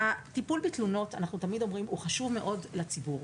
אנחנו תמיד אומרים שהטיפול בתלונות חשוב מאוד לציבור,